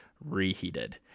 Reheated